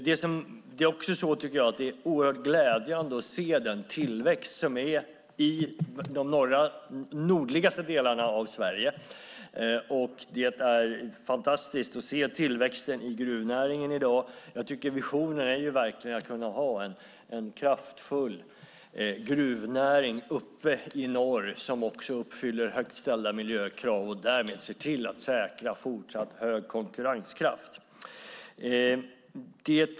Det är glädjande att se tillväxten i de nordligaste delarna av Sverige, och det är fantastiskt att se tillväxten i gruvnäringen. Visionen är att kunna ha en kraftfull gruvnäring i norr som också uppfyller högt ställda miljökrav och därmed ser till att säkra fortsatt hög konkurrenskraft.